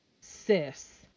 sis